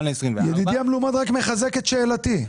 ל-2024 --- ידידי המלומד רק מחזק את שאלתי.